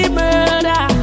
murder